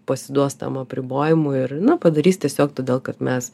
pasiduos tam apribojimui ir na padarys tiesiog todėl kad mes